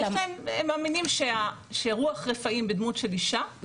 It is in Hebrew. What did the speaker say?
הם מאמינים שרוח רפאים בדמות של אישה,